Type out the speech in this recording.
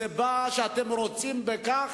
היא באה כי אתם רוצים בכך.